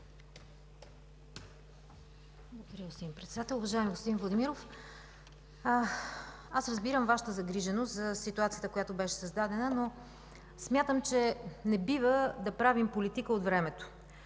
Благодаря, господин Председател. Уважаеми господин Владимиров, разбирам Вашата загриженост за създадената ситуация, но смятам, че не бива да правим политика от времето.